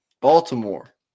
Baltimore